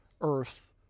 earth